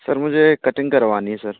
sir मुझे cutting करवानी है सर